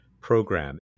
Program